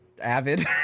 Avid